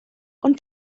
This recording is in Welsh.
ond